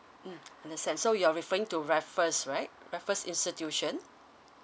mm understand so you're referring to raffles right raffles institution